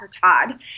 Todd